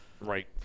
Right